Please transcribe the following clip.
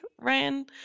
Ryan